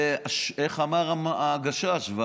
איך אמר הגשש?